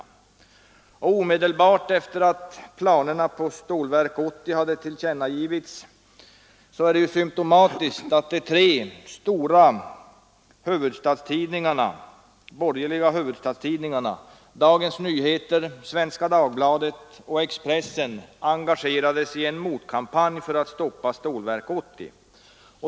Det är symtomatiskt att omedelbart efter det att planerna på byggandet av Stålverk 80 hade tillkännagivits engagerade sig de tre stora borgerliga huvudstadstidningarna Dagens Nyheter, Svenska Dagbladet och Expressen i en motkampanj för att stoppa Stålverk 80.